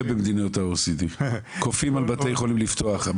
במדינות OECD כופים על בתי החולים לפתוח.